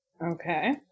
Okay